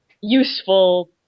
useful